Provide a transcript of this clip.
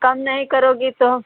कम नहीं करोगी तो